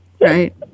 right